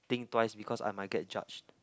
think twice because I might get judged